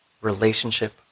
Relationship